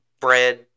bread